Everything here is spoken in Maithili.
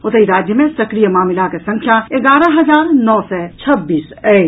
ओतहि राज्य मे सक्रिय मामिलाक संख्या एगारह हजार नओ सय छब्बीस अछि